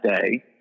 day